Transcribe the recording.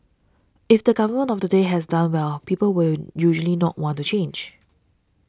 if the government of the day has done well people will usually not want to change